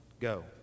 go